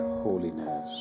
holiness